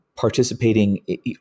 participating